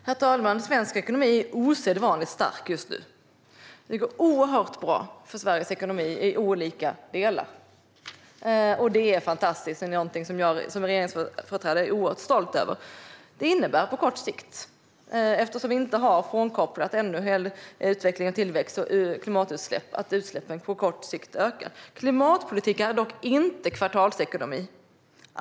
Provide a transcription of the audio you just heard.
Herr talman! Svensk ekonomi är osedvanligt stark just nu. Det går oerhört bra för Sveriges ekonomi i olika delar. Det är fantastiskt och det är någonting som jag som regeringsföreträdare är oerhört stolt över. Eftersom vi inte har kopplat isär utvecklingen av tillväxt och klimatutsläpp innebär det att utsläppen på kort sikt ökar. Klimatpolitik är dock inte kvartalsekonomi.